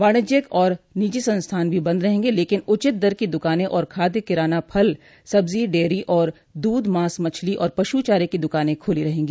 वाणिज्यिक और निजी संस्थान भी बंद रहेंगे लेकिन उचित दर की दुकानें और खाद्य किराना फल सब्जी डेयरी और दूध मांस मछली और पशु चारे की दुकानें खुली रहेंगी